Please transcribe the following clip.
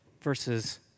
versus